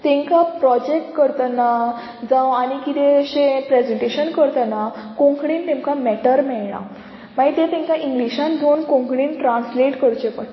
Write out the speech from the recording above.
तांकां प्रोजेक्ट करतना जावं आनी किदें अशें प्रेजेंटेशन करतना कोंकणीन तांकां मॅटर मेळना मागीर ते तांकां इंग्लीशान धोन कोंकणीन ट्रान्सलेट करचें पडटा